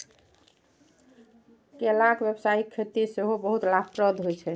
केलाक व्यावसायिक खेती सेहो बहुत लाभप्रद होइ छै